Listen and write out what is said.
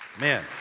Man